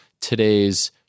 today's